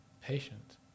patient